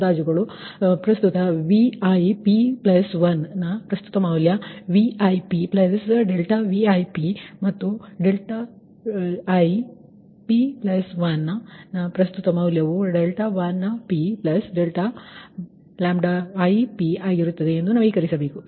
ಆದ್ದರಿಂದ bus voltage ಪ್ರಮಾಣ ಮತ್ತು ಕೋನಗಳ ಹೊಸ ಅಂದಾಜುಗಳು ಈಗ ನೀವು Vip1ನ ಪ್ರಸ್ತುತ ಮೌಲ್ಯ Vi ∆Vi ಮತ್ತು ∆ip1ನ ಪ್ರಸ್ತುತ ಮೌಲ್ಯ 𝛿i𝑝 ∆𝛿i𝑝 ಆಗಿರುತ್ತದೆ ಎಂದು ನವೀಕರಿಸಬೇಕು